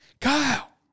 Kyle